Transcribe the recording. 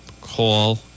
Call